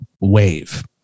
wave